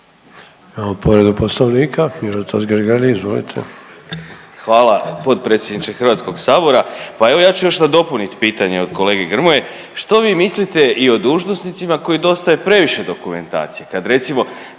Hvala potpredsjedniče Hrvatskog sabora. Pa evo ja ću još nadopuniti pitanje od kolege Grmoje. Što vi mi mislite i o dužnosnicima koji dostave previše dokumentacije,